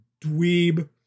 dweeb